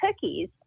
cookies